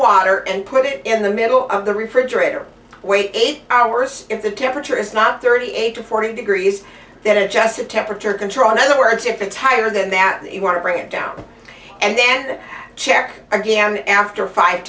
water and put it in the middle of the reprint drager wait eight hours if the temperature is not thirty eight or forty degrees then adjust the temperature control in other words if it's higher than that you want to bring it down and then check again after five